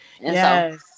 yes